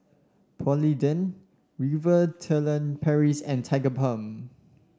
Polident Furtere Paris and Tigerbalm